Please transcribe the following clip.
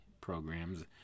programs